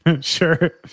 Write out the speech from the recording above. Sure